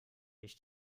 ich